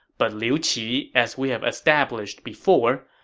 but liu qi, as we have established before,